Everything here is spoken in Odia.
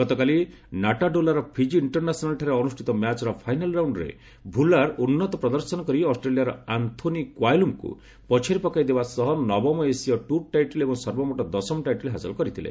ଗତକାଲି ନାଟାଡୋଲାର ଫିଜି ଇଣ୍ଟରନ୍ୟାସନାଲ୍ଠାରେ ଅନୁଷ୍ଠିତ ମ୍ୟାଚ୍ର ଫାଇନାଲ୍ ରାଉଣ୍ଡ୍ରେ ଭୁଲ୍ଲାର ଉନ୍ନତ ପ୍ରଦର୍ଶନ କରି ଅଷ୍ଟ୍ରେଲିଆର ଆନ୍ଥୋନି କ୍ୱାୟେଲ୍ଙ୍କୁ ପଛରେ ପକାଇ ଦେବା ସହ ନବମ ଏସୀୟ ଟୁର୍ ଟାଇଟଲ୍ ଏବଂ ସର୍ବମୋଟ୍ ଦଶମ ଟାଇଟଲ୍ ହାସଲ କରିଥିଲେ